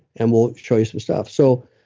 and we'll show you some stuff. so,